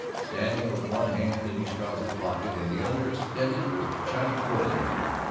standing with one hand in his trousers-pocket and the other extended with chiding forefinger,